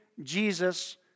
Jesus